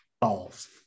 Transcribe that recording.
balls